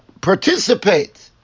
participate